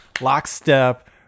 lockstep